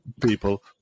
people